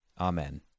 Amen